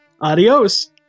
Adios